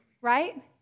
Right